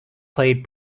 played